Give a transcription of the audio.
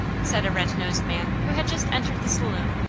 said a red-nosed man who had just entered the saloon,